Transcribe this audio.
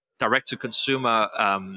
direct-to-consumer